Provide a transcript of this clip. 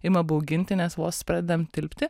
ima bauginti nes vos pradedam tilpti